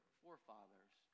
forefathers